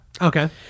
Okay